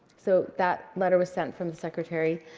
so that letter was sent from the secretary.